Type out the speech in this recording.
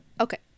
okay